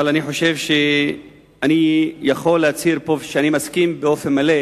אבל אני חושב שאני יכול להצהיר פה שאני מסכים באופן מלא